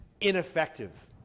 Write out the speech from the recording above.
ineffective